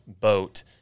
boat